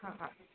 हा हा